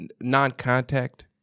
non-contact